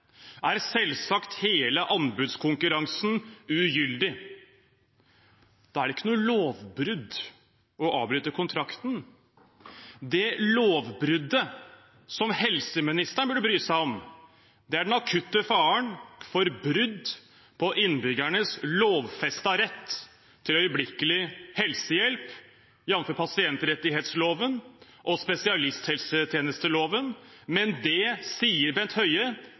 er selvsagt hele anbudskonkurransen ugyldig. Da er det ikke noe lovbrudd å avbryte kontrakten. Det lovbruddet helseministeren burde bry seg om, er den akutte faren for brudd på innbyggernes lovfestede rett til øyeblikkelig helsehjelp, jamfør pasientrettighetsloven og spesialisthelsetjenesteloven, men det sier Bent Høie